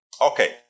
Okay